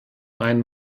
einen